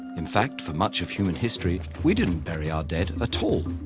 in fact, for much of human history, we didn't bury our dead ah at all.